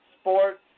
sports